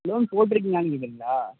loan போட்டிருக்கீங்களான்னு கேட்டீங்களா